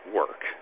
work